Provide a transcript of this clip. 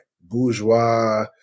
bourgeois